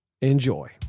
Enjoy